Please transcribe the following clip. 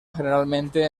generalmente